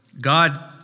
God